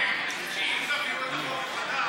זו לא לשון החוק.